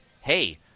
hey